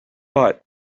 but